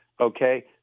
Okay